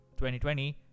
2020